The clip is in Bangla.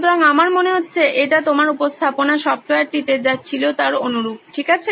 সুতরাং আমার মনে হচ্ছে এটা তোমার উপস্থাপনা সফ্টওয়্যারটিতে যা ছিল তার অনুরূপ ঠিক আছে